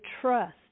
trust